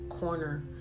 corner